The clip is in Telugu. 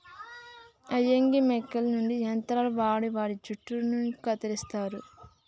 అయ్యా గీ మేకల నుండి యంత్రాలు వాడి వాటి జుట్టును కత్తిరిస్తారు